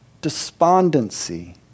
despondency